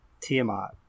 tiamat